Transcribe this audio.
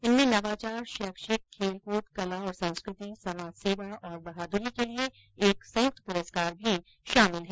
इनमें नवाचार शैक्षिक खेलकूद कला और संस्कृति समाजसेवा और बहाद्री के लिए एक संयुक्त पुरस्कार भी शामिल है